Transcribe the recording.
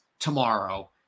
tomorrow